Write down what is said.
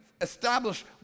establish